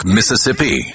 Mississippi